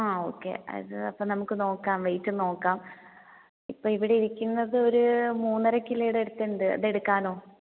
ആ ഓക്കേ അത് അപ്പോൾ നമുക്ക് നോക്കാം വെയ്റ്റ് നോക്കാം ഇപ്പോൾ ഇവിടെ ഇരിക്കുന്നത് ഒരു മൂന്നര കിലോയുടെ അടുത്ത് ഉണ്ട് അത് എടുക്കാമോ